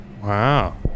wow